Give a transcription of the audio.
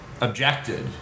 objected